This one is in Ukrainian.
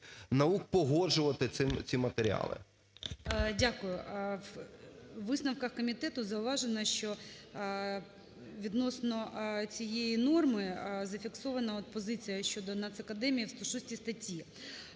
наук погоджувати ці матеріали. ГОЛОВУЮЧИЙ. Дякую. У висновках комітету зауважено, що відносно цієї норми зафіксована позиція щодо Нацакадемії в 106 статті,